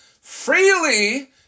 freely